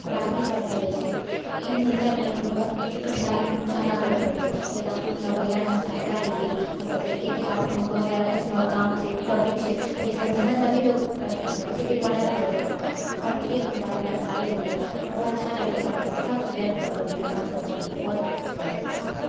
बारीकीसँ पढ़लऽ जाइ छै आओर ई निर्णय लैमे हमरा बहुत कठिनाइके सामना करैलए पड़लै भइआ रऽ हम सहायता लेलिए ओ बतेलकै कि आर्ट्समे भी बहुत सारा अइसनो काम छै टॉपिक छै जे समझैमे तभी तोँ करै सकबै इसीलिए पढ़ैलए पड़ै छै ओकरामे पढ़लिए ओकरा बारेमे जानकारी लेलिए हमरा बहुत अच्छा लागलै पढ़ैमे सब सब्जेक्ट हमे पढ़लिए मनसँ पढ़लिए अच्छा लागलै पढ़ैमे